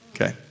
Okay